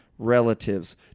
relatives